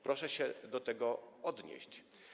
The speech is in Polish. Proszę się do tego odnieść.